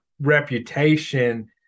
reputation